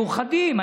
מאוחדים.